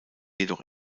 jedoch